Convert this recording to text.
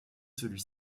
celui